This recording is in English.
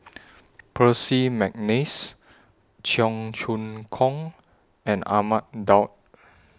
Percy Mcneice Cheong Choong Kong and Ahmad Daud